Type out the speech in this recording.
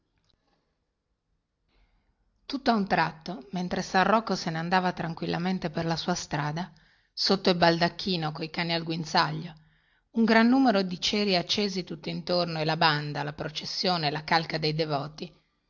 santi tutta un tratto mentre san rocco se ne andava tranquillamente per la sua strada sotto il baldacchino coi cani al guinzaglio e un gran numero di ceri accesi tuttintorno e la banda la processione la calca dei devoti